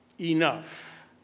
enough